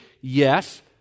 Yes